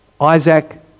Isaac